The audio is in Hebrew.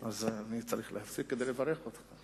אני צריך להפסיק כדי לברך אותך.